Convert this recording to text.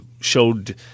showed